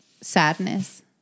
sadness